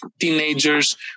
teenagers